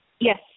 Yes